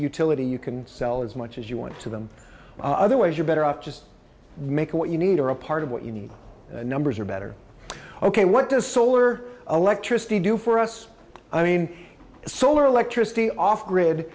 utility you can sell as much as you want to them otherwise you're better off just making what you need or a part of what you need the numbers are better ok what does solar electricity do for us i mean solar electric the off grid